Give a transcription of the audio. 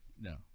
No